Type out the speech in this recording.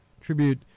tribute